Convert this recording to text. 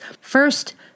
First